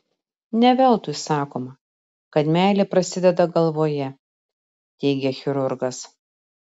ne veltui sakoma kad meilė prasideda galvoje teigia chirurgas